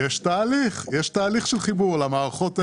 יש תהליך של חיבור למערכות.